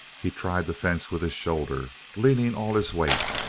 he tried the fence with his shoulder, leaning all his weight.